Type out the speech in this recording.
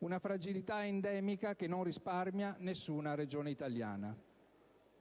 una fragilità endemica che non risparmia nessuna Regione italiana.